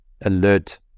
alert